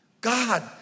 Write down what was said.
God